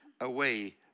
away